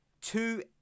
two